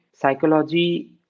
psychology